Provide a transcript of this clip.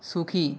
সুখী